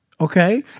okay